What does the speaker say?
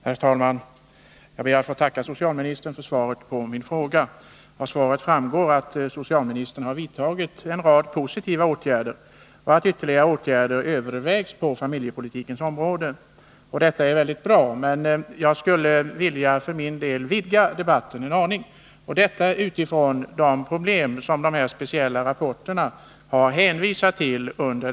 Herr talman! Jag ber att få tacka socialministern för svaret på min fråga. Av svaret framgår att socialministern har vidtagit en rad positiva åtgärder och att ytterligare åtgärder övervägs på familjepolitikens område. Det är väldigt bra, men jag skulle för min del vilja vidga debatten en aning — detta med tanke på de problem som speciella rapporter under den senaste tiden har påvisat.